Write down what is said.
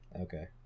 Okay